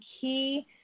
key